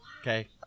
Okay